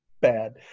Bad